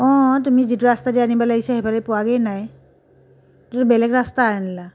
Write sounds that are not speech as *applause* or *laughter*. অঁ তুমি যিটো ৰাস্তাইদি আনিব লাগিছে সেইফালে দি পোৱাগৈই নাই *unintelligible* বেলেগ ৰাস্তাই আনিলা